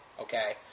okay